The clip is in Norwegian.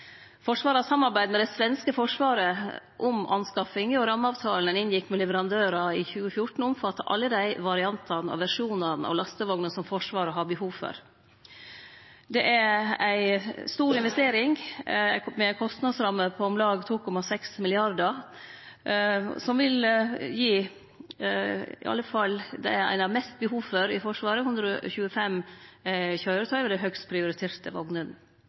Forsvaret har samarbeidd med det svenske forsvaret om anskaffinga, og rammeavtalen ein inngjekk med leverandørar i 2014, omfattar alle dei variantane og versjonane av lastevogner som Forsvaret har behov for. Det er ei stor investering, med ei kostnadsramme på om lag 2,6 mrd. kr, som vil gi i alle fall det ein har mest behov for i Forsvaret: 125 køyretøy av dei høgast prioriterte